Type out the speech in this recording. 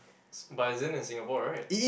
but isn't in Singapore right